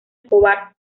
escobar